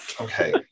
okay